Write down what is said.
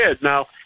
Now